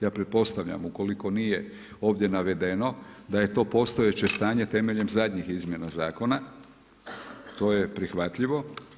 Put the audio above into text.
Ja pretpostavljam ukoliko nije ovdje navedeno da je to postojeće stanje temeljem zadnjih izmjena zakona, to je prihvatljivo.